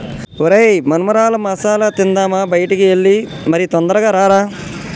ఒరై మొన్మరాల మసాల తిందామా బయటికి ఎల్లి మరి తొందరగా రారా